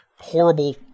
horrible